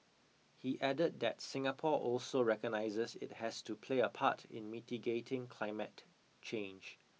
he added that Singapore also recognises it has to play a part in mitigating climate change